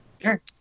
Sure